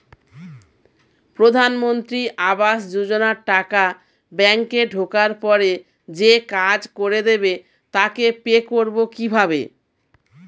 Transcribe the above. প্রধানমন্ত্রী আবাস যোজনার টাকা ব্যাংকে ঢোকার পরে যে কাজ করে দেবে তাকে পে করব কিভাবে?